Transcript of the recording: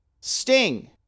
sting